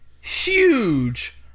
huge